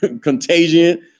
Contagion